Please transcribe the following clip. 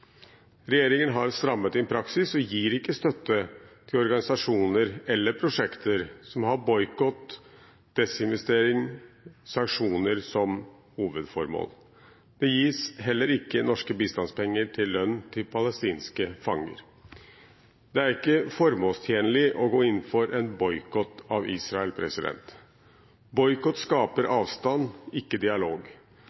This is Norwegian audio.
Regjeringen har strammet inn praksis og gir ikke støtte til organisasjoner eller prosjekter som har boikott, desinvestering og sanksjoner som hovedformål. Det gis heller ikke norske bistandspenger til lønn til palestinske fanger. Det er ikke formålstjenlig å gå inn for en boikott av Israel. Boikott skaper